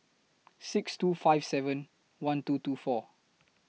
six two five seven one two two four